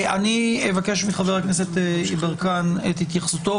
אני אבקש מחבר הכנסת יברקן את התייחסותו,